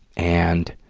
and,